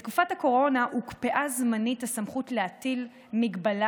בתקופת הקורונה הוקפאה זמנית הסמכות להטיל מגבלה